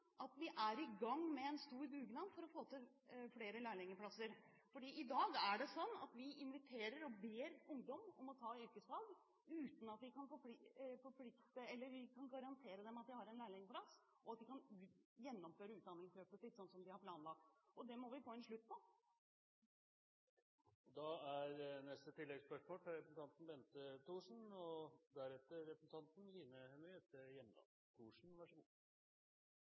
i gang med en stor dugnad for å få til flere lærlingplasser. I dag ber vi ungdom om å ta yrkesfag uten at vi kan garantere at de har en lærlingplass og kan gjennomføre utdanningsløpet sitt sånn som de har planlagt. Det må vi få en slutt på. Bente Thorsen – til oppfølgingsspørsmål. Det er viktig å ha mange nok læreplasser til elever i yrkesfagutdanningen, men det er også viktig at de elevene som kommer ut som lærlinger, har godt kjennskap til og god